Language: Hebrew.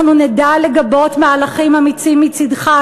אנחנו נדע לגבות מהלכים אמיצים מצדך.